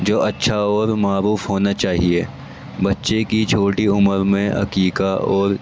جو اچھا اور معروف ہونا چاہیے بچے کی چھوٹی عمر میں عقیقہ اور